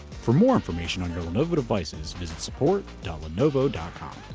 for more information on your lenovo devices, visit support lenovo and com.